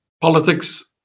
Politics